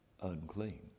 unclean